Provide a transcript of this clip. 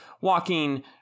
walking